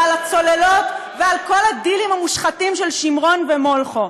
ועל הצוללות ועל כל הדילים המושחתים של שמרון ומולכו.